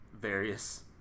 Various